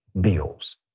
bills